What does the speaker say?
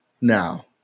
now